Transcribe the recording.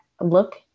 look